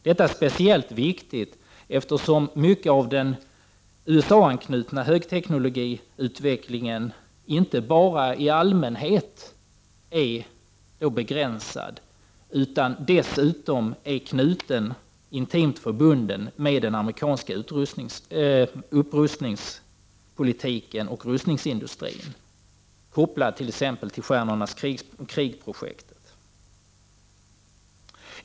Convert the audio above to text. Detta är speciellt viktigt eftersom mycket av den USA-anknutna högteknologiutvecklingen inte bara i allmänhet är begränsad utan dessutom är intimt förbunden med den amerikanska upprustningspolitiken och rustningsindustrin kopplad till Stjärnornas krig-projektet.